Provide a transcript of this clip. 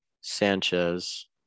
Sanchez